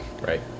Right